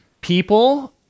people